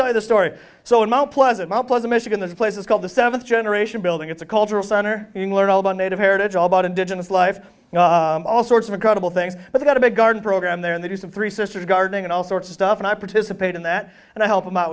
tell you the story so in mount pleasant my pleasure michigan this place is called the seventh generation building it's a cultural center you can learn all about native heritage all about indigenous life you know all sorts of incredible things but i got a big garden program there and they do some three sisters gardening and all sorts of stuff and i participate in that and i help them out